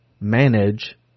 manage